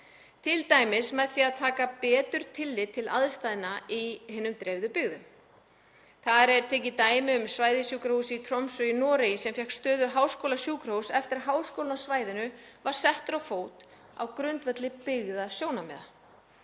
t.d. með því að taka betur tillit til aðstæðna í hinum dreifðum byggðum. Þar er tekið dæmi um svæðissjúkrahúsið í Tromsö í Noregi sem fékk stöðu háskólasjúkrahúss eftir að háskólinn á svæðinu var settur á fót á grundvelli byggðasjónarmiða.